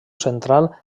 central